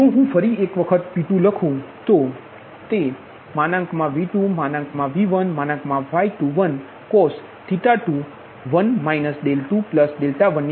તેથી જો હું ફરી એક વખત P2 લખુ તો તે V2V1Y21cos21 21 ની બરાબર હશે પછી વત્તા આ V2V2 તેથી તે V22બરાબર થશે